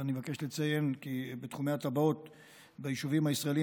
אני מבקש לציין כי בתחומי התב"ע ביישובים הישראליים